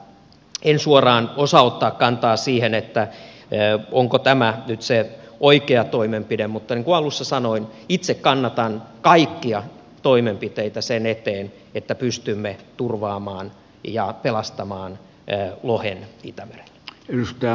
en suoraan osaa ottaa kantaa siihen onko tämä nyt se oikea toimenpide mutta niin kuin alussa sanoin itse kannatan kaikkia toimenpiteitä sen eteen että pystymme turvaamaan ja pelastamaan lohen itämerellä